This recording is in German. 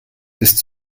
ist